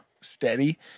steady